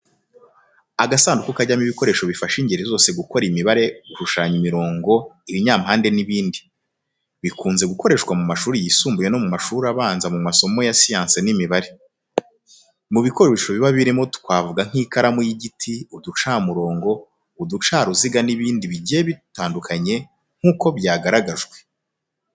Agasanduku kajyamo ibikoresho bifasha ingeri zose mu gukora imibare, gushushanya imirongo, ibinyampande n’ibindi. Bikunze gukoreshwa mu mashuri yisumbuye no mu mashuri abanza mu masomo ya siyansi n'imibare. Mu bikoresho biba birimo twavuga nk’ikaramu y'igiti, uducamurongo, uducaruziga n’ibindi bigiye bitandukanye nk'uko byagaragajwe.